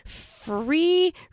free